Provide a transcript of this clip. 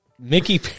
Mickey